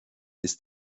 ist